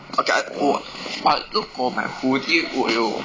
ok~ okay I 我 but 如果 hoodie 我有